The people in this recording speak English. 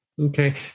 Okay